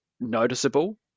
noticeable